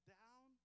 down